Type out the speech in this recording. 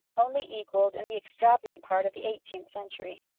only equalled in the extravagant part of the eighteenth century.